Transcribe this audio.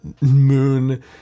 moon